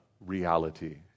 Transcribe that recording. reality